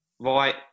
Right